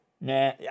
Nah